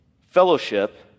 fellowship